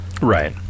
right